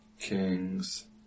King's